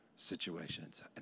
situations